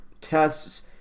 tests